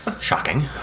Shocking